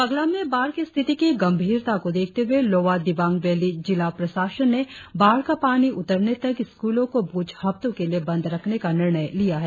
पगलम में बाढ़ की स्थिति की गंभीरता को देखते हुए लोअर दिबांग वैली जिला प्रशासन ने बाढ़ का पानी उतरने तक स्कूलों को कुछ हफ्तों के लिए बंद रखने का निर्णय लिया है